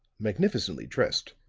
magnificently dressed,